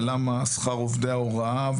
ולמה שכר עובדי ההוראה,